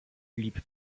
blieb